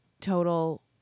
total